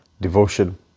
devotion